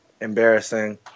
Embarrassing